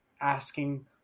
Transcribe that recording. asking